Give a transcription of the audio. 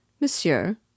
Monsieur